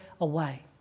away